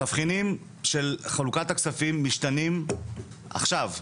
התבחינים של חלוקת הכספים משתנים עכשיו.